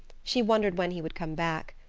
she wondered when he would come back.